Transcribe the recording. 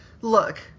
look